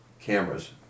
cameras